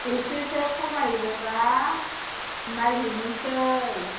एसेसो खमायोबा नायहैनोसै